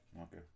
Okay